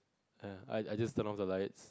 ya I I just turn off the lights